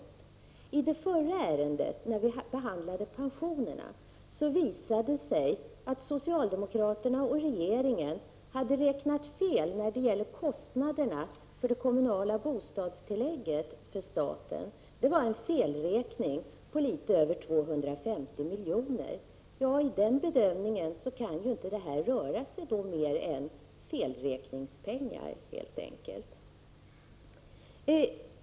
När vi i det förra ärendet behandlade pensionerna visade det sig att socialdemokraterna och regeringen hade räknat fel på statens kostnader för det kommunala bostadstillägget. Det var en felräkning på litet över 250 milj.kr. Från den utgångspunkten är det här inte fråga om mer än litet felräkningspengar.